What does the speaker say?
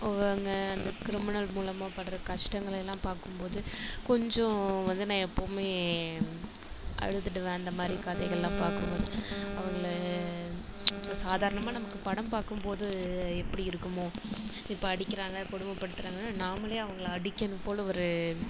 அவங்க அந்த கிரிமினல் மூலமாக படுற கஷ்டங்களையெல்லாம் பார்க்கும்போது கொஞ்சம் வந்து நான் எப்போவுமே அழுதுவிடுவேன் அந்தமாதிரி கதைகள்லாம் பார்க்கும்போது அவங்கள சாதாரணமாக நமக்கு படம் பார்க்கும்போது எப்படி இருக்குமோ இப்போ அடிக்கிறாங்க கொடுமை படுத்துறாங்கன்னா நாமளே அவங்கள அடிக்கணும் போல் ஒரு